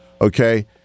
Okay